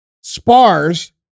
SPARS